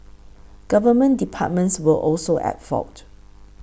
government departments were also at fault